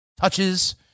touches